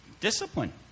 Discipline